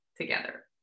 together